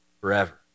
forever